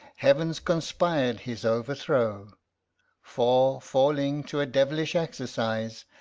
heavens conspir'd his overthrow for, falling to a devilish exercise,